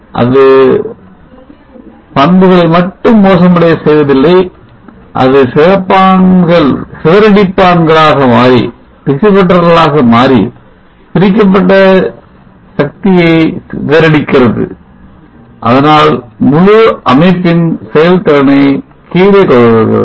அது பண்புகளை மட்டும் மோசமடையச் செய்வதில்லை அது சிதறடிப்பான் ஆக மாறி பிரித்தெடுக்கப்பட்ட சக்தியை சிதறடிடிக்கிறது அதனால் முழு அமைப்பின் செயல்திறனை கீழே கொண்டு வருகிறது